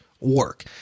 work